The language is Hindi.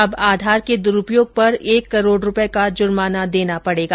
अब आधार के दुरूपयोग पर एक करोड रूपये का जुर्माना देना पडेगा